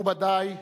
מכובדי,